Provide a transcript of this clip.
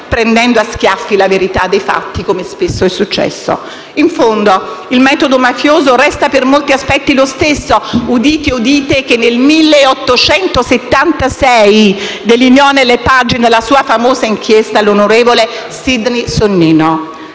prendendo a schiaffi la verità dei fatti, come spesso è successo. In fondo, il metodo mafioso resta per molti aspetti lo stesso che - udite, udite - nel 1876 delineò nelle pagine della sua famosa inchiesta Sidney Sonnino: